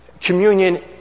Communion